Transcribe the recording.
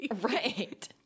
Right